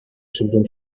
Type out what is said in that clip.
children